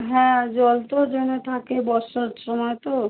হ্যাঁ জল তো জমে থাকে বর্ষার সময় তো